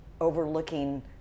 overlooking